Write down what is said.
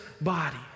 body